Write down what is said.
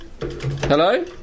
Hello